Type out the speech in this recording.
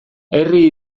herri